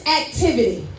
activity